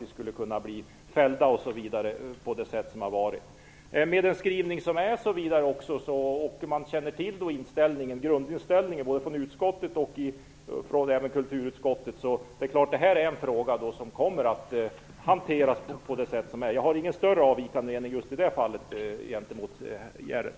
Vi skulle kunna bli fällda osv. Med den skrivning som har gjorts och med kännedom om grundinställningen hos både lagutskottet och kulturutskottet är det klart att denna fråga kommer att hanteras på ett vettigt sätt. Jag har just i det fallet ingen större avvikande mening gentemot Henrik